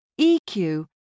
EQ